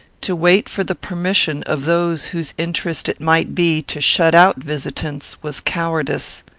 to wait for the permission of those whose interest it might be to shut out visitants was cowardice.